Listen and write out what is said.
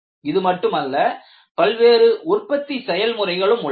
இது மட்டுமல்லபல்வேறு உற்பத்தி செயல் முறைகளும் உள்ளன